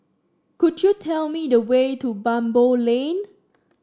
could you tell me the way to Baboo Lane